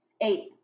Eight